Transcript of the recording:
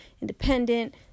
independent